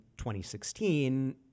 2016